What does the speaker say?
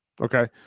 Okay